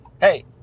hey